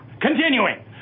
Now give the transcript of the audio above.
Continuing